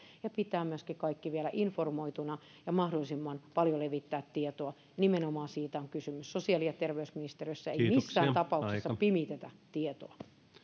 ja on tärkeätä pitää myöskin kaikki vielä informoituina ja mahdollisimman paljon levittää tietoa nimenomaan siitä on kysymys sosiaali ja terveysministeriössä ei missään tapauksessa pimitetä tietoa